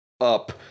up